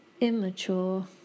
immature